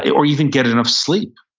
or even get enough sleep.